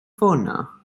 ffonio